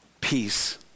peace